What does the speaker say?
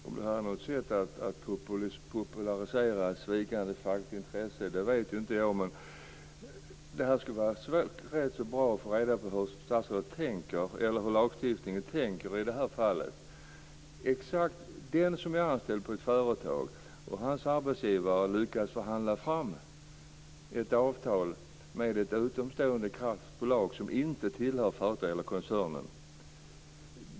Fru talman! Om det här är ett sätt att popularisera ett svikande fackligt intresse vet inte jag. Det skulle vara rätt så bra att få reda på hur statsrådet tänker eller hur lagstiftaren tänker i det här fallet. Någon är anställd på ett företag. Hans arbetsgivare lyckas förhandla fram ett avtal med ett utomstående kraftbolag som inte tillhör företaget eller koncernen.